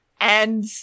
and-